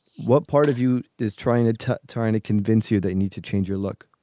what part of you is trying to to trying to convince you they need to change your look?